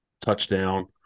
Touchdown